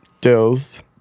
Dills